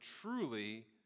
truly